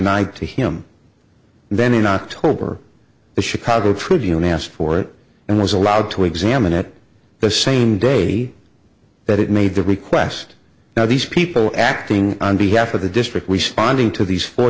tonight to him then in october the chicago tribune asked for it and was allowed to examine it the same day that it made the request now these people acting on behalf of the district responding to these fo